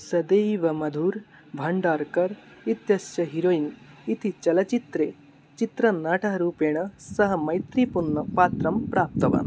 सद्यैव मधुर् भण्डार्कर् इत्यस्य हिरोयिन् इति चलच्चित्रे चित्रनटरूपेण सः मैत्रीपूर्णं पात्रं प्राप्तवान्